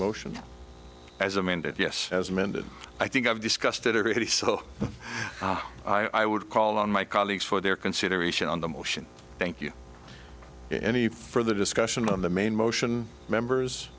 motion as amended yes as amended i think i've discussed it everybody so i would call on my colleagues for their consideration on the motion thank you any further discussion on the main motion members